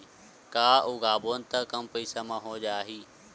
का उगाबोन त कम पईसा म हो जाही?